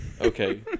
Okay